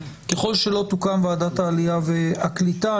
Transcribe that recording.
ככל שלא תוקם ועדת העלייה והקליטה,